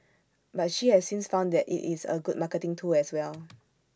but she has since found that IT is A good marketing tool as well